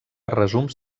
resums